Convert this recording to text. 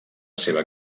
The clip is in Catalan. seva